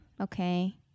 okay